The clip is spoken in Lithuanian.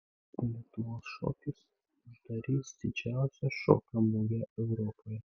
lietuvos šokis uždarys didžiausią šokio mugę europoje